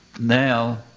now